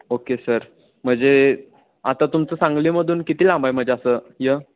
okay sir म्हणजे आता तुमचं सांगलीमधून किती लांब आहे म्हणजे असं हे